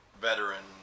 veteran